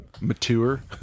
mature